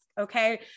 Okay